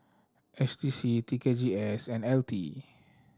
S D C T K G S and L T